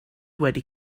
wedi